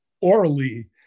orally